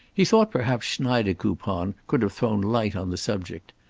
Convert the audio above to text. he thought perhaps schneidekoupon could have thrown light on the subject.